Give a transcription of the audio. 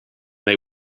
they